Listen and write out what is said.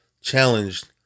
challenged